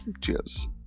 Cheers